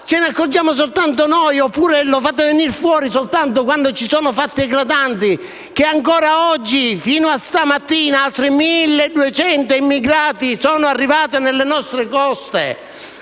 ce ne accorgiamo soltanto noi, oppure lo fate venir fuori soltanto quando ci sono fatti eclatanti, che anche questa mattina altri 1.200 immigrati sono arrivati sulle nostre coste?